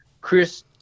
Chris